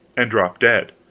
and drop dead.